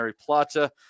Plata